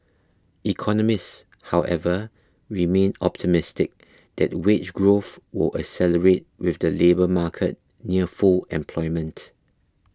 economists however remain optimistic that wage growth will accelerate with the labour market near full employment